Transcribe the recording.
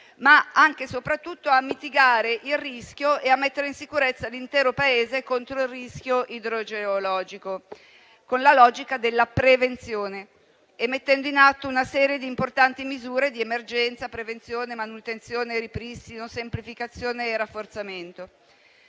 ma anche e soprattutto a mitigare il rischio e a mettere in sicurezza l'intero Paese contro il rischio idrogeologico, con la logica della prevenzione e mettendo in atto una serie di importanti misure di emergenza, prevenzione, manutenzione, ripristino, semplificazione e rafforzamento.